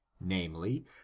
namely